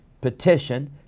petition